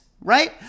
right